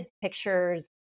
pictures